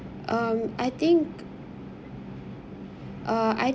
um I think uh I